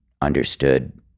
understood